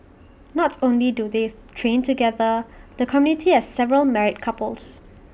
not only do they train together the community has several married couples